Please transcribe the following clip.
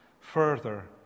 further